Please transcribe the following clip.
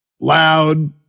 loud